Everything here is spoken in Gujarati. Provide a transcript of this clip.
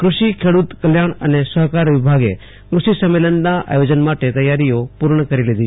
કૃષિ ખેડૂત કલ્યાણ અને સહકાર વિભાગે ક્રષિ સંમેલનના આયોજન માટે તૈયારીઓ પૂર્ણ કરીલીધી છે